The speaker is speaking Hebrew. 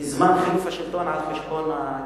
זמן חילופי שלטון על זמנו של